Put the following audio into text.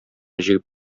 җигеп